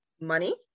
money